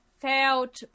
felt